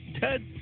Ted